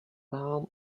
palm